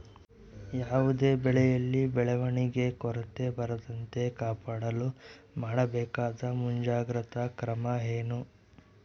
ಯಾವುದೇ ಬೆಳೆಯಲ್ಲಿ ಬೆಳವಣಿಗೆಯ ಕೊರತೆ ಬರದಂತೆ ಕಾಪಾಡಲು ಮಾಡಬೇಕಾದ ಮುಂಜಾಗ್ರತಾ ಕ್ರಮ ಏನು?